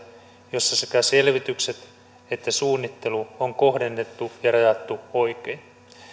jossa sekä selvitykset että suunnittelu on kohdennettu ja rajattu oikein